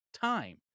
time